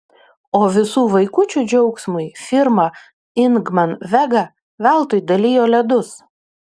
o visų vaikučių džiaugsmui firma ingman vega veltui dalijo ledus